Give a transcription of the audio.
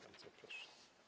Bardzo proszę.